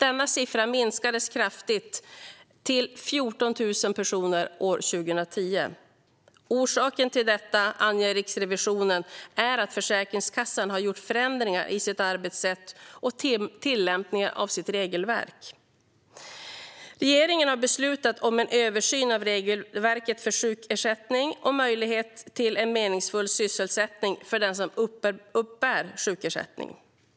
Antalet minskade kraftigt till 14 000 personer år 2010. Orsaken till detta, anger Riksrevisionen, är att Försäkringskassan har gjort förändringar i sitt arbetssätt och i tillämpningen av sitt regelverk. Regeringen har beslutat om en översyn av regelverket för sjukersättning och möjligheter till meningsfull sysselsättning för den som uppbär sjukersättning.